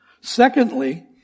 Secondly